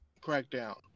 crackdown